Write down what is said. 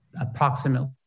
approximately